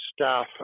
staff